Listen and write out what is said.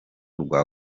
rwa